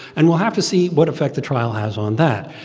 and we'll have to see what effect the trial has on that.